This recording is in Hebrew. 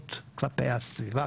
אלימות כלפי הסביבה,